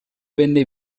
venne